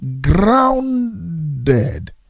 grounded